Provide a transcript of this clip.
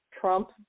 Trump